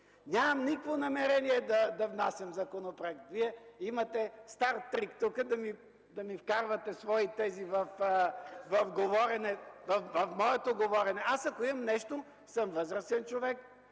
Нямам никакво намерение да внасям законопроект. Вие имате стар трик тук да ми вкарвате свои тези в моето говорене. (Шум и реплики от КБ.) Ако имам нещо, аз съм възрастен човек,